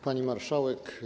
Pani Marszałek!